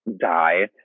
die